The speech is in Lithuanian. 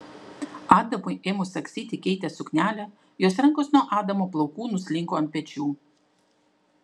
adamui ėmus sagstyti keitės suknelę jos rankos nuo adamo plaukų nuslinko ant pečių